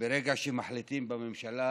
שברגע שמחליטים בממשלה,